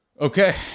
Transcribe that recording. Okay